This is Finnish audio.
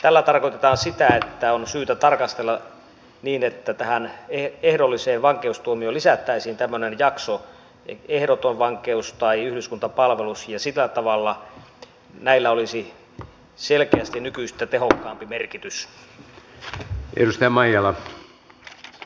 tällä tarkoitetaan sitä että on syytä tarkastella niin että tähän ehdolliseen vankeustuomioon lisättäisiin tämmöinen jakso ehdoton vankeus tai yhdyskuntapalvelus ja sillä tavalla näillä olisi selkeästi nykyistä tehokkaampi merkitys